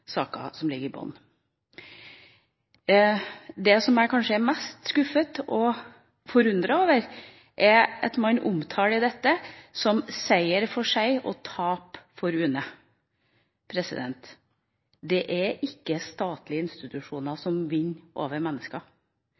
som ligger i bunn. Det jeg kanskje er mest skuffet og forundret over, er at UNE omtaler dette som framstilt som «en seier for seg, og et tap for UNE». Det er ikke statlige institusjoner som vinner over mennesker.